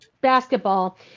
basketball